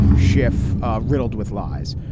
schiff riddled with lies,